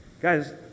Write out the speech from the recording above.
Guys